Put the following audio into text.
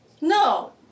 No